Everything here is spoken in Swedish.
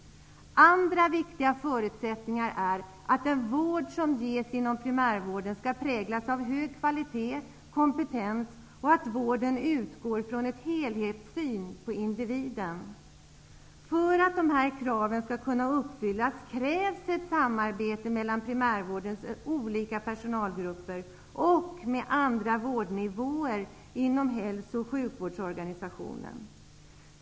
Andra viktiga förutsättningar är att den vård som ges inom primärvården skall präglas av hög kvalitet och kompetens, och att vården utgår från en helhetssyn på individen. För att dessa krav skall kunna uppfyllas krävs ett samarbete mellan primärvårdens olika personalgrupper och med andra vårdnivåer inom hälso och sjukvårdsorganisationen.